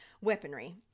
weaponry